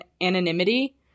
anonymity